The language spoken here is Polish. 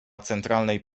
centralnej